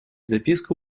записку